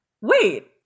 wait